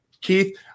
Keith